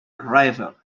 arrival